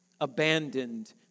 abandoned